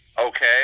Okay